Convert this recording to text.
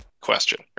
question